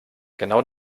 genau